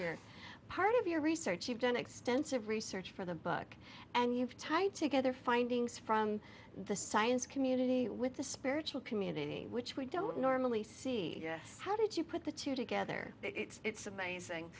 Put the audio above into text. here part of your research you've done extensive research for the book and you've tied together findings from the science community with the spiritual community which we don't normally see yes how did you put the two together it's amazing